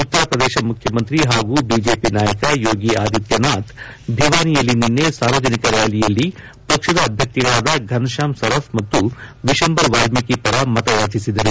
ಉತ್ತರಪ್ರದೇಶ ಮುಖ್ಚಮಂತ್ರಿ ಹಾಗೂ ಬಿಜೆಪಿ ನಾಯಕ ಯೋಗಿ ಆದಿತ್ತನಾಥ್ ಭಿವಾನಿಯಲ್ಲಿ ನಿನ್ನೆ ಸಾರ್ವಜನಿಕ ರ್ಕಾಲಿಯಲ್ಲಿ ಪಕ್ಷದ ಅಭ್ಯರ್ಥಿಗಳಾದ ಫನತ್ಕಾಂ ಸರಫ್ ಮತ್ತು ವಿಶಂಬರ್ ವಾಲ್ಮೀಕಿ ಪರ ಮತ ಯಾಚಿಸಿದರು